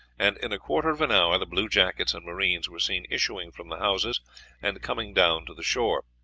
and in a quarter of an hour the bluejackets and marines were seen issuing from the houses and coming down to the shore.